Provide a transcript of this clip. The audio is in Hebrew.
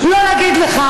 לא נגיד לך: